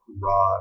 raw